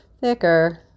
thicker